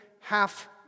half